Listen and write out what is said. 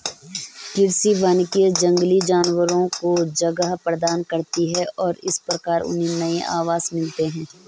कृषि वानिकी जंगली जानवरों को जगह प्रदान करती है और इस प्रकार उन्हें नए आवास मिलते हैं